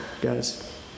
guys